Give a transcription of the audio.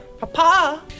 Papa